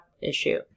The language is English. issue